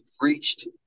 reached